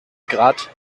grad